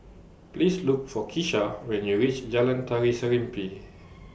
Please Look For Kesha when YOU REACH Jalan Tari Serimpi